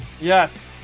Yes